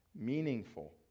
meaningful